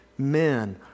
men